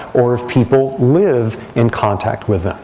or if people live in contact with it.